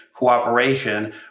cooperation